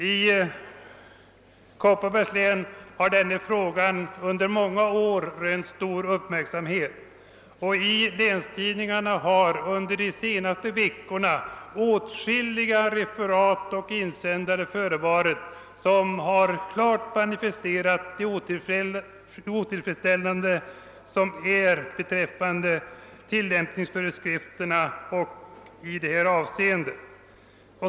I Kopparbergs län har denna fråga under många år rönt stor uppmärksamhet, och i länstidningarna har under de senaste veckorna åtskilliga referat och insändare förekommit som klart har manifesterat de otillfredsställande tillämpningsföreskrifter som råder i det här avseendet.